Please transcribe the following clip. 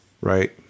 right